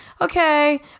okay